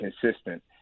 consistent